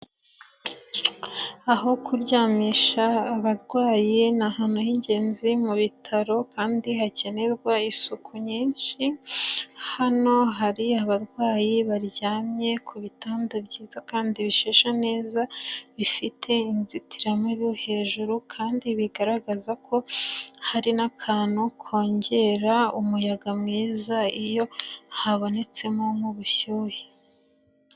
Aho kuryamisha abarwayi ni ahantu h'ingenzi mu bitaro kandi hakenerwa isuku nyinshi, hano hari abarwayi baryamye ku bitanda byiza kandi bishashe neza, bifite inzitiramibu hejuru kandi bigaragaza ko hari n'akantu kongera umuyaga mwiza iyo habonetsemo nk'ubushyuhe.